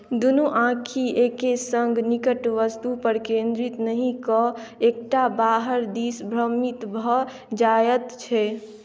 दुनू आँखि एके सङ्ग निकट वस्तुपर केन्द्रित नहि कऽ एकटा बाहर दिस भ्रमित भऽ जाइत छै